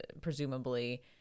presumably